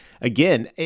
again